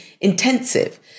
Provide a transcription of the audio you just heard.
intensive